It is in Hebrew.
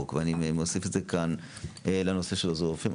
ואני מוסיף את זה כאן לנושא של עוזרי רופאים.